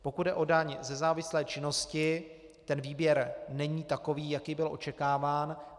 Pokud jde o daň ze závislé činnosti, výběr není takový, jaký byl očekáván.